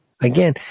Again